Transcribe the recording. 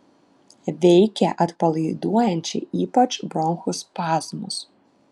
veikia atpalaiduojančiai ypač bronchų spazmus